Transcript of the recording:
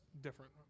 different